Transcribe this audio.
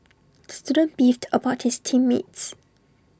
the student beefed about his team mates